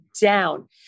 down